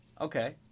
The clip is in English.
Okay